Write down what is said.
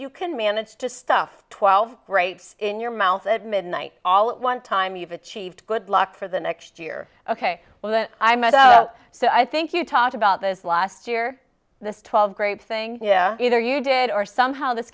you can manage to stuff twelve grapes in your mouth at midnight all at one time you've achieved good luck for the next year ok well when i met so i think you talked about this last year this twelve great thing either you did or somehow this